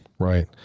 Right